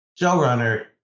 showrunner